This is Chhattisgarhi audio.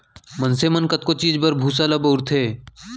मनसे मन कतको चीज बर भूसा ल बउरथे